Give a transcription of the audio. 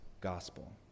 gospel